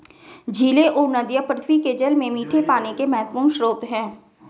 झीलें और नदियाँ पृथ्वी के जल में मीठे पानी के महत्वपूर्ण स्रोत हैं